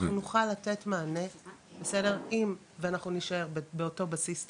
אנחנו נוכל לתת מענה אם ואנחנו נשאר באותו בסיס תקציב,